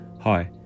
Hi